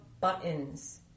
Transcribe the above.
buttons